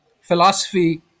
philosophy